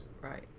Right